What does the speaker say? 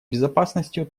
безопасностью